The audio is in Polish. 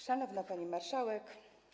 Szanowna Pani Marszałek!